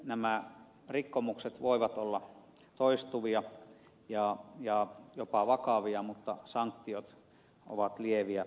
nämä rikkomukset voivat olla toistuvia ja jopa vakavia mutta sanktiot ovat lieviä